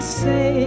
say